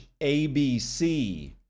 ABC